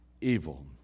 evil